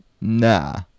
nah